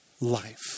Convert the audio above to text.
life